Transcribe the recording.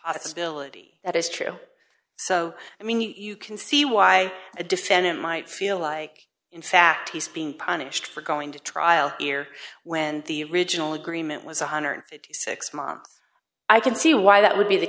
this ability that is true so i mean you can see why a defendant might feel like in fact he's being punished for going to trial here when the original agreement was one hundred and six months i can see why that would be the